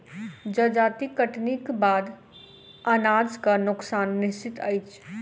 जजाति कटनीक बाद अनाजक नोकसान निश्चित अछि